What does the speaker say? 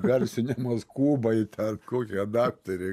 garsinimas kubai ar kokie adapteriai